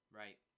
right